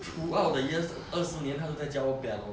throughout the years 二十年她都在教 piano